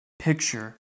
picture